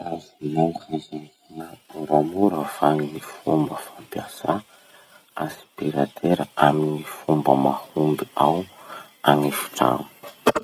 Azonao hazavà moramora va gny fomba fampiasà aspirateur amin'ny fomba mahomby ao an'efitrano?